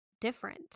different